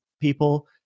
people